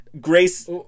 grace